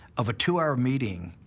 of a two-hour meeting,